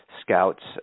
scouts